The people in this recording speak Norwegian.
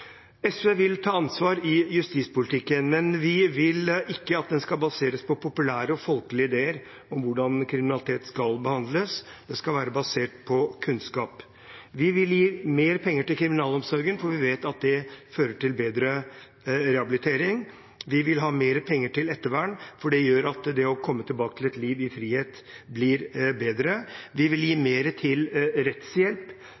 SV vil ta ansvar i justispolitikken, men vi vil ikke at den skal baseres på populære og folkelige ideer om hvordan kriminalitet skal behandles. Det skal være basert på kunnskap. Vi vil gi mer penger til kriminalomsorgen, for vi vet at det fører til bedre rehabilitering. Vi vil ha mer penger til ettervern, for det gjør at det å komme tilbake til et liv i frihet blir bedre. Vi vil gi